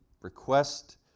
request